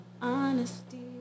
Honesty